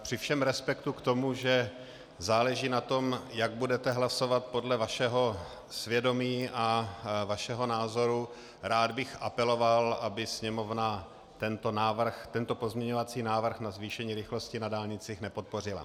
Při všem respektu k tomu, že záleží na tom, jak budete hlasovat podle vašeho svědomí a vašeho názoru, rád bych apeloval, aby Sněmovna tento pozměňovací návrh na zvýšení rychlosti na dálnicích nepodpořila.